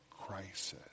Crisis